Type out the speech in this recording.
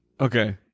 okay